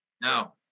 Now